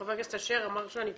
חבר הכנסת אשר אמר שאני פרגמטית,